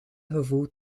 gevoel